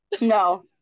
No